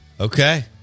okay